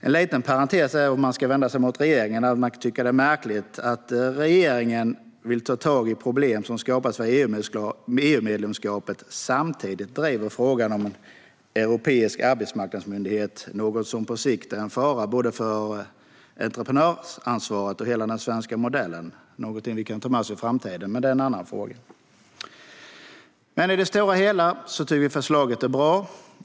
En liten parentes är att man kan tycka att det är märkligt att regeringen vill ta tag i problem som har skapats via EU-medlemskapet samtidigt som man driver frågan om en europeisk arbetsmarknadsmyndighet, något som på sikt är en fara både för entreprenörsansvaret och för hela den svenska modellen. Det är något som man kan fundera på i framtiden, men det är en annan fråga. I det stora hela tycker vi att förslaget är bra.